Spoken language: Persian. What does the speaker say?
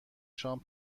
شام